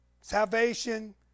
salvation